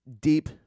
deep